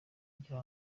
ngira